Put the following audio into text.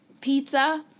Pizza